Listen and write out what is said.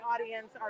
audience